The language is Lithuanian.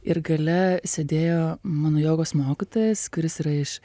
ir gale sėdėjo mano jogos mokytojas kuris yra iš